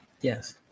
Yes